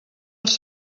els